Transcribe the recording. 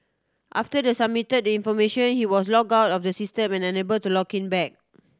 after the submit the information he was log out of the system and unable to log in back